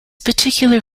particular